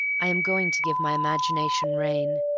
i am going to give my imagination rein,